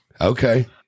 Okay